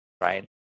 Right